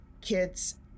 kids